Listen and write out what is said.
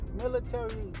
military